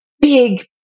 big